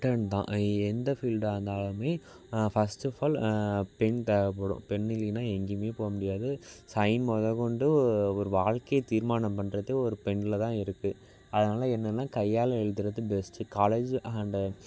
return தான் எந்த ஃபீல்ட்டாக இருந்தாலும் ஃபர்ஸ்ட் ஆப் ஆல் பென் தேவைப்படும் பென் இல்லைனா எங்கேயுமே போக முடியாது சைன் முதக்கொண்டு ஒரு வாழ்க்கையை தீர்மானம் பண்ணுறது ஒரு பெனில் தான் இருக்குது அதனால என்னென்னா கையால் எழுதுகிறது பெஸ்ட்டு காலேஜ் அண்டு